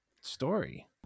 story